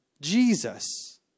Jesus